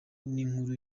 n’inkuru